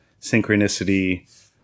synchronicity